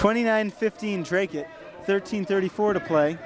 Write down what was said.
twenty nine fifteen thirteen thirty four to play